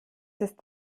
ist